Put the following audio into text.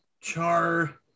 Char